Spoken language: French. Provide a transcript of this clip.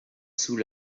sous